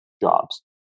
jobs